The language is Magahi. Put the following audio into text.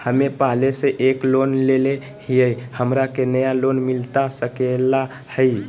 हमे पहले से एक लोन लेले हियई, हमरा के नया लोन मिलता सकले हई?